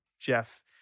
Jeff